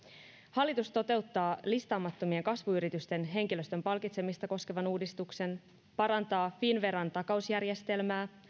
hallitus toteuttaa listaamattomien kasvuyritysten henkilöstön palkitsemista koskevan uudistuksen parantaa finnvera oyjn takausjärjestelmää